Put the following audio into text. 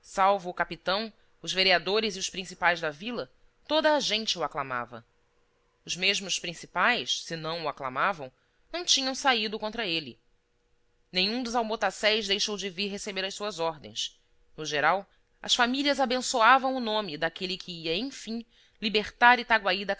o capitão os vereadores e os principais da vila toda a gente o aclamava os mesmos principais se o não aclamavam não tinham saído contra ele nenhum dos almotacés deixou de vir receber as suas ordens no geral as famílias abençoavam o nome daquele que ia enfim libertar